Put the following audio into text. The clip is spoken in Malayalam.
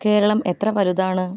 കേരളം എത്ര വലുതാണ്